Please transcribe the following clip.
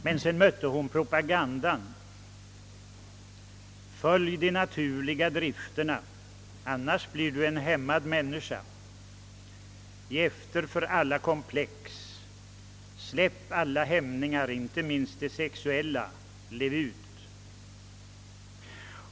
Men sedan mötte hon propagandan: följ de naturliga drifterna, annars blir du en hämmad människa, ge efter för alla komplex, släpp alla hämningar, inte minst de sexuella, lev ut!